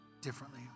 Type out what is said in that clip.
differently